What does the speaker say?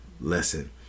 lesson